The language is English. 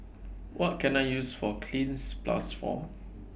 What Can I use For Cleanz Plus For